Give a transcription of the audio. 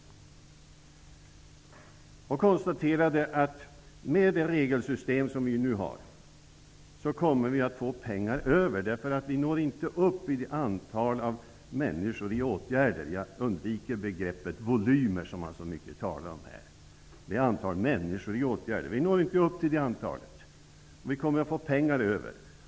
AMS konstaterade att det, med det regelsystem som nu finns, kommer att bli pengar över. Vi har inte kommit upp i det antal människor i åtgärder som riksdagen förutsatte -- jag undviker begreppet volymer som man annars gärna använder. Därför kommer det att bli pengar över.